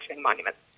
Monuments